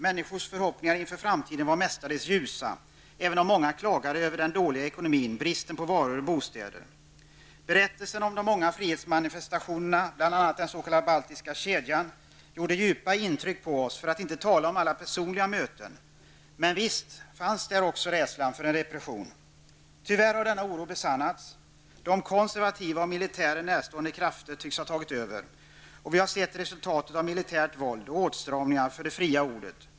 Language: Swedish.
Människors förhoppningar inför framtiden var mestadels ljusa, även om många klagade över den dåliga ekonomin och över bristen på varor och bostäder. Berättelserna om de många frihetsmanifestationerna, bl.a. den s.k. baltiska kedjan, gjorde djupa intryck på oss -- för att inte tala om alla personliga möten. Men visst fanns där också rädslan för en repression. Tyvärr har dessa farhågor besannats. De konservativa och militären närstående krafter tycks ha tagit över, och vi har sett resultatet av militärt våld och åtstramningar beträffande det fria ordet.